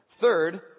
Third